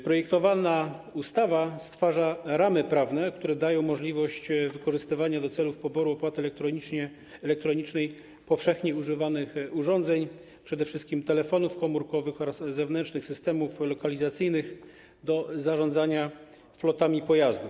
Projektowana ustawa stwarza ramy prawne, które dają możliwość wykorzystywania do celów poboru opłaty elektronicznej powszechnie używanych urządzeń, przede wszystkim telefonów komórkowych oraz zewnętrznych systemów lokalizacyjnych do zarządzania flotami pojazdów.